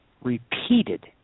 repeated